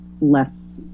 less